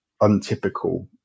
untypical